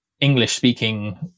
English-speaking